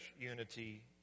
unity